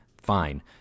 fine